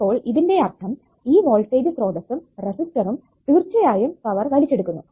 അപ്പോൾ ഇതിന്റെ അർത്ഥം ഈ വോൾടേജ് സ്രോതസ്സും റെസിസ്റ്ററും തീർച്ചയായും പവർ വലിച്ചെടുക്കുന്നു